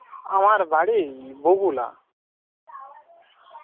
আমার বাড়ি বগুলা